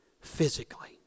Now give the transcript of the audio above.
physically